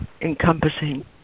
encompassing